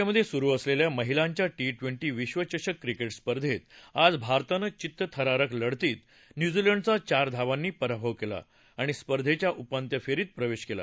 ऑस्ट्रेलियामध्ये सुरु असलेल्या महिलांच्या टी ट्वेंटी विश्वचषक क्रिकेट स्पर्धेत आज भारतानं चित्तथरारक लढतीत न्यूझीलंडचा चार धावांनी पराभव केला आणि स्पर्धेच्या उपांत्य फेरीत प्रवेश केला